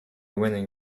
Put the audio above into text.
winning